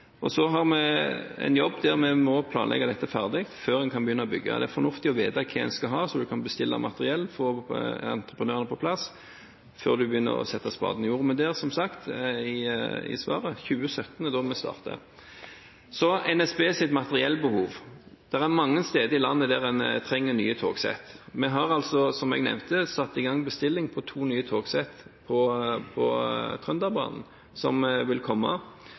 Så har vi en jobb der vi må planlegge dette ferdig før en kan begynne å bygge. Det er fornuftig å vite hva en skal ha, så en kan bestille materiell og få entreprenøren på plass før en begynner å sette spaden i jorden. Men som sagt i svaret: Det er i 2017 vi starter. Så til NSBs materiellbehov: Det er mange steder i landet der en trenger nye togsett. Vi har, som jeg nevnte, satt i gang bestilling på to nye togsett på Trønderbanen, som vil komme.